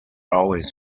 always